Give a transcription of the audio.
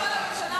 רבותי חברי הכנסת.